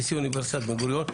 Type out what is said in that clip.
נשיא אונ' בן גוריון,